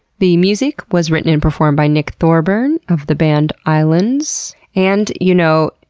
the music was written and performed by nick thorburn of the band islands. and you know,